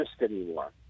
anymore